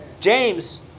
James